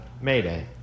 Mayday